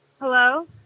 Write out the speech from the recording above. Hello